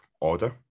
order